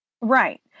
Right